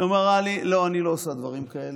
היא אמרה לי: לא, אני לא עושה דברים כאלה.